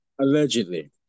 Allegedly